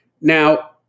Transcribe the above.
Now